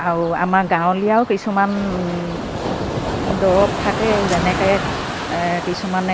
আৰু আমাৰ গাঁৱলীয়াও কিছুমান দৰৱ থাকে যেনেকে কিছুমানে